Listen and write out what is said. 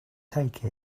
take